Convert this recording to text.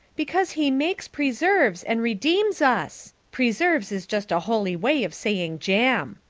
because he makes preserves, and redeems us preserves is just a holy way of saying jam.